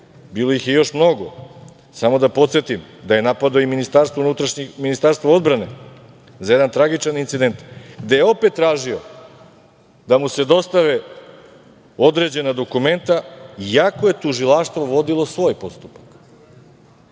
bilo ih je još mnogo. Samo da podsetim da je napadao i Ministarstvo odbrane za jedan tragičan incident, gde je opet tražio da mu se dostave određena dokumenta iako je tužilaštvo vodilo svoj postupak. Koliko